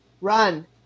run